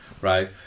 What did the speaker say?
Right